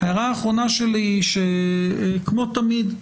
הערה אחרונה שלי היא כמו תמיד,